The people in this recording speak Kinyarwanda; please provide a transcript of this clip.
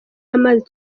amazi